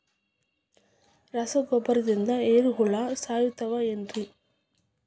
ರಸಗೊಬ್ಬರದಿಂದ ಏರಿಹುಳ ಸಾಯತಾವ್ ಏನ್ರಿ?